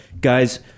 Guys